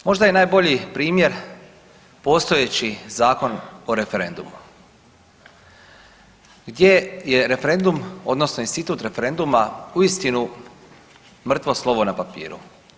Možda je najbolji primjer postojeći Zakon o referendumu gdje je referendum odnosno institut referenduma uistinu mrtvo slovo na papiru.